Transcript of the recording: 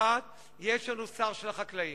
אחת, יש לנו שר של החקלאים.